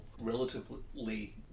relatively